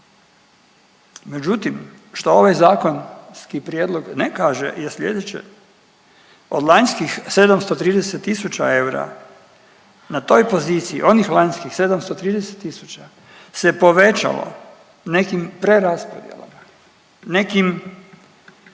međutim šta ovaj zakonski prijedlog ne kaže je sljedeće: Od lanjskih 730000 eura na toj poziciji onih lanjskih 730000 se povećalo nekim preraspodjelama, nekim